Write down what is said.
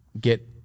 get